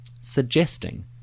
suggesting